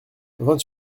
vingt